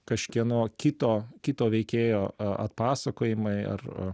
kažkieno kito kito veikėjo atpasakojimai ar